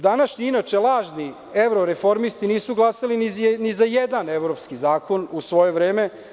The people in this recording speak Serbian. Današnji, inače lažni, evro-reformisti nisu glasali ni za jedan evropski zakon u svoje vreme.